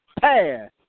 pass